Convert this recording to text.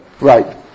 Right